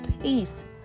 peace